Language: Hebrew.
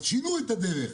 אז שינו את הדרך.